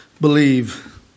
Believe